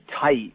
tight